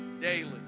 daily